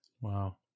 Wow